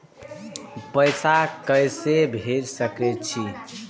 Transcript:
पैसा के से भेज सके छी?